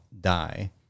die